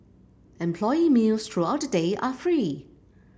employee meals throughout the day are free